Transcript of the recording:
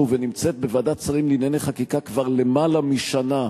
ונמצאת בוועדת שרים לענייני חקיקה כבר למעלה משנה,